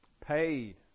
Paid